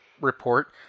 report